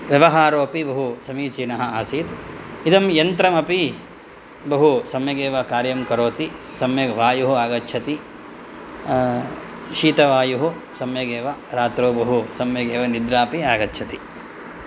व्यवहारोपि बहुसमीचीनः आसीत् इदं यन्त्रम् अपि बहु सम्यगेव कार्यं करोति सम्यक् वायुः आगच्छति शीतवायुः सम्यगेव रात्रौ बहु सम्यगेव निद्रा अपि आगच्छति